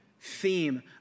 theme